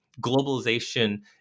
globalization